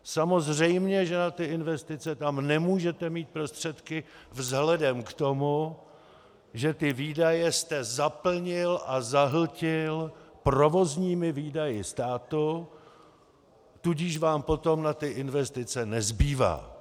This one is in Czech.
Samozřejmě že na ty investice tam nemůžete mít prostředky vzhledem k tomu, že ty výdaje jste zaplnil a zahltil provozními výdaji státu, tudíž vám potom na investice nezbývá.